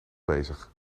bezig